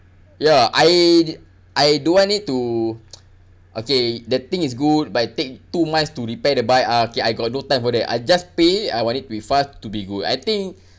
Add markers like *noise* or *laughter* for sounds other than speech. ya I I don't want it to *noise* okay the thing is good but it take two months to repair the bike uh K I got no time for that I just pay I want it to be fast to be good I think *breath*